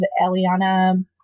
Eliana